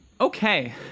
Okay